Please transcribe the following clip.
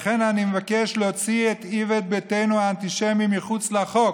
לכן אני מבקש להוציא את איווט ביתנו האנטישמי מחוץ לחוק.